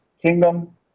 kingdom